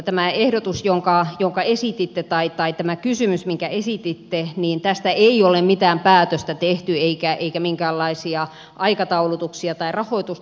tästä ehdotuksesta jonka esititte tai kai tämä kysymys mikä ei tästä kysymyksestä minkä esititte ei ole mitään päätöstä tehty eikä minkäänlaisia aikataulutuksia tai rahoitusta